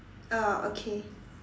oh okay